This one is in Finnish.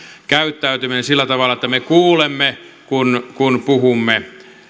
käyttäytyminen sillä tavalla että me kuulemme kun kun puhumme